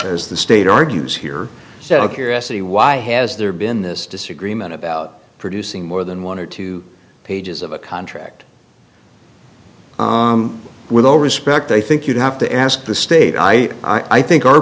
as the state argues here so a curiosity why has there been this disagreement about producing more than one or two pages of a contract with all respect i think you'd have to ask the state i i think our